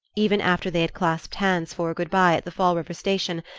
even after they had clasped hands for good-bye at the fall river station,